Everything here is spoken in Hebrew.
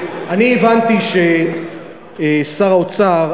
אני הבנתי ששר האוצר,